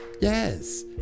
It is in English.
Yes